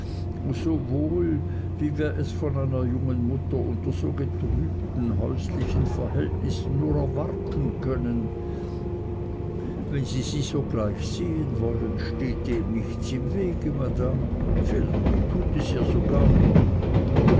so wohl wie wir es von einer jungen mutter unter so getrübten häuslichen verhältnissen nur erwarten können wenn sie sie sogleich sehen wollen steht dem nichts im wege madame vielleicht tut es ihr sogar gut